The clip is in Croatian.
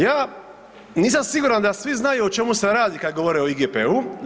Ja nisam siguran da svi znaju o čemu se radi kad govore o IGP-u.